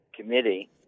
Committee